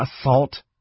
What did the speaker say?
assault